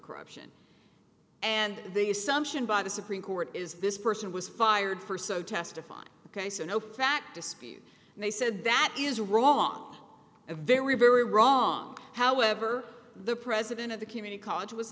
corruption and the assumption by the supreme court is this person was fired for so testified ok so no fact dispute and they said that is wrong a very very wrong however the president of the community college was